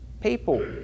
people